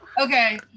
Okay